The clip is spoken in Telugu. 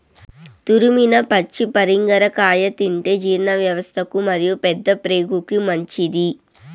తురిమిన పచ్చి పరింగర కాయ తింటే జీర్ణవ్యవస్థకు మరియు పెద్దప్రేగుకు మంచిది